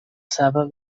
sava